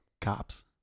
Cops